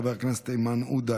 חבר הכנסת איימן עודה,